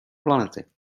planety